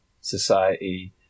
society